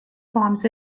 forms